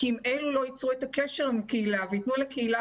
כי אם אלה לא ייצרו את הקשר עם הקהילה וייתנו לקהילה